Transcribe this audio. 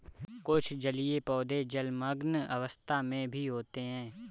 कुछ जलीय पौधे जलमग्न अवस्था में भी होते हैं